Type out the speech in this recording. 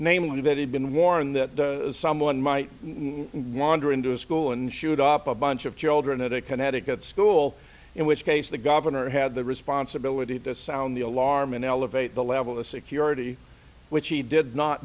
namely that he'd been warned that the someone might wander into a school and shoot up a bunch of children at a connecticut school in which case the governor had the responsibility to sound the alarm and elevate the level of security which he did not